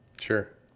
Sure